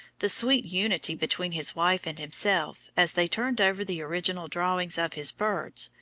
the sweet unity between his wife and himself, as they turned over the original drawings of his birds,